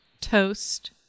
toast